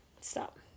Stop